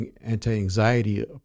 anti-anxiety